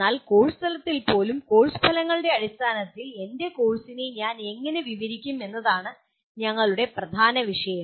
എന്നാൽ കോഴ്സ് തലത്തിൽ പോലും കോഴ്സ് ഫലങ്ങളുടെ അടിസ്ഥാനത്തിൽ എന്റെ കോഴ്സിനെ ഞാൻ എങ്ങനെ വിവരിക്കും എന്നതാണ് ഞങ്ങളുടെ പ്രധാന വിഷയം